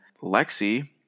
Lexi